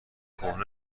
کهنه